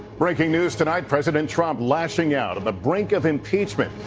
breaking news tonight. president trump lashing out on the brink of impeachment.